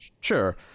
Sure